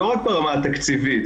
לא רק ברמה התקציבית,